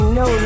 no